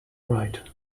right